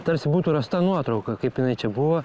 tarsi būtų rasta nuotrauka kaip jinai čia buvo